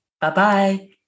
bye-bye